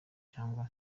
cyangwa